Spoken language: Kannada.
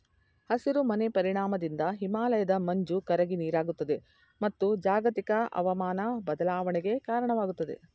ಹಸಿರು ಮನೆ ಪರಿಣಾಮದಿಂದ ಹಿಮಾಲಯದ ಮಂಜು ಕರಗಿ ನೀರಾಗುತ್ತದೆ, ಮತ್ತು ಜಾಗತಿಕ ಅವಮಾನ ಬದಲಾವಣೆಗೆ ಕಾರಣವಾಗುತ್ತದೆ